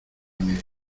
negro